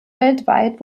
weltweit